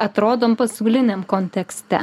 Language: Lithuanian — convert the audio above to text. atrodom pasauliniam kontekste